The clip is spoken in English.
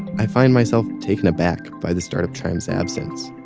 i find myself taken aback by the startup chime's absence.